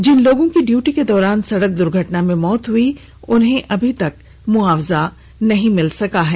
जिन लोगों की ड्यूटी के दौरान सड़क दुर्घटना में मौत हो गई थी उन्हें अभी तक मुआवजा नहीं मिला है